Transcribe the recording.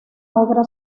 obra